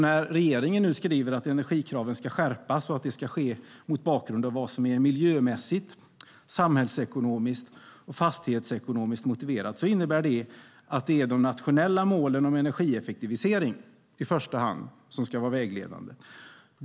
När regeringen nu skriver att energikraven ska skärpas och att det ska ske mot bakgrund av vad som är miljömässigt, samhällsekonomiskt och fastighetsekonomiskt motiverat innebär det att det är de nationella målen om energieffektivisering som i första hand ska vara vägledande.